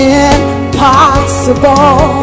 impossible